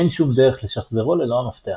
אין שום דרך לשחזרו ללא המפתח.